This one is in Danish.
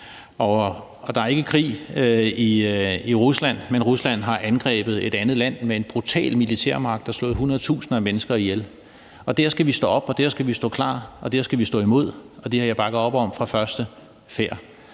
Der er ikke krig i Rusland, men Rusland har angrebet et andet land med brutal militær magt og slået hundredtusinder af mennesker ihjel, og der skal vi stå op imod det, og der skal vi stå klar, og det har jeg bakket op om fra første færd.